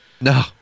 No